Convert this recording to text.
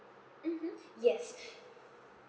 mmhmm yes